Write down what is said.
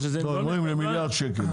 הם אומרים מיליארד שקל.